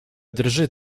drży